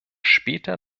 später